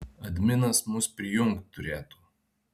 adminas mus prijungt turėtų